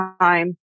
time